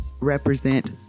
represent